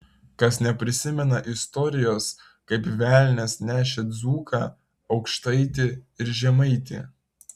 kas neprisimena istorijos kaip velnias nešė dzūką aukštaitį ir žemaitį